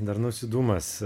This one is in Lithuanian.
darnus judumas